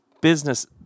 business